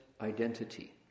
identity